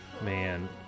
Man